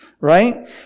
right